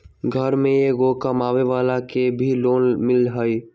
घर में एगो कमानेवाला के भी लोन मिलहई?